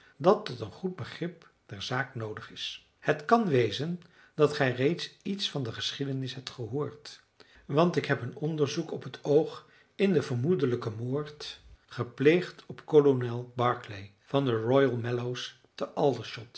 dat tot een goed begrip der zaak noodig is het kan wezen dat gij reeds iets van de geschiedenis hebt gehoord want ik heb een onderzoek op t oog in den vermoedelijken moord gepleegd op kolonel barclay van de royal mallows te